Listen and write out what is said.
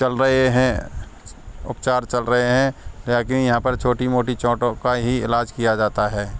चल रहे हैं उपचार चल रहे हैं ताकि यहाँ पर छोटी मोटी चोंटों का ही इलाज किया जाता है